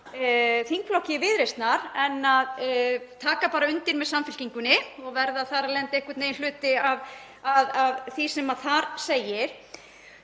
þingflokki Viðreisnar en að taka bara undir með Samfylkingunni og verða þar af leiðandi einhvern veginn hluti af því sem þar segir.